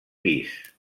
pis